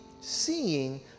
seeing